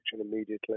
immediately